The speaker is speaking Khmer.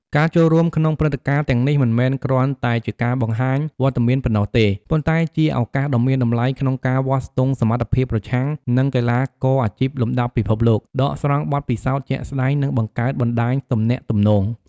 ការចូលរួមក្នុងព្រឹត្តិការណ៍ទាំងនេះមិនមែនគ្រាន់តែជាការបង្ហាញវត្តមានប៉ុណ្ណោះទេ ប៉ុន្តែជាឱកាសដ៏មានតម្លៃក្នុងការវាស់ស្ទង់សមត្ថភាពប្រឆាំងនឹងកីឡាករអាជីពលំដាប់ពិភពលោក ដកស្រង់បទពិសោធន៍ជាក់ស្ដែង និងបង្កើតបណ្ដាញទំនាក់ទំនង។